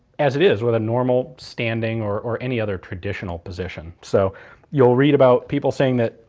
as it is with a normal standing or or any other traditional position. so you'll read about people saying that,